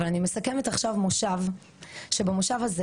אבל אני מסכמת עכשיו מושב שבמושב הזה